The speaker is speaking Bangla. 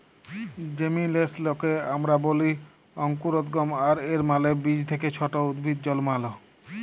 জেমিলেসলকে আমরা ব্যলি অংকুরোদগম আর এর মালে বীজ থ্যাকে ছট উদ্ভিদ জলমাল